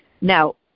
Now